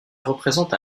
représente